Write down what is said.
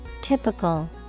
typical